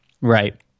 Right